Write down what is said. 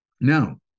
Now